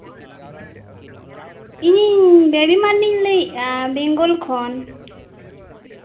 ᱤᱧ ᱢᱮᱨᱤ ᱢᱟᱱᱰᱤᱧ ᱞᱟᱹᱭᱮᱫᱼᱟ ᱵᱮᱝᱜᱚᱞ ᱠᱷᱚᱱ